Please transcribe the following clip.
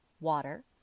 water